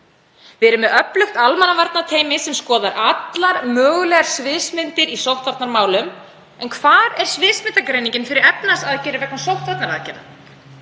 Við erum með öflugt almannavarnateymi sem skoðar allar mögulegar sviðsmyndir í sóttvarnamálum. En hvar er sviðsmyndagreiningin fyrir efnahagsaðgerðir vegna sóttvarnaaðgerða?